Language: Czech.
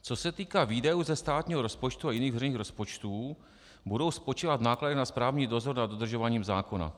Co se týká výdajů ze státního rozpočtu a jiných veřejných rozpočtů, budou spočívat v nákladech na správní dozor nad dodržováním zákona.